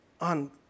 on